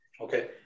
Okay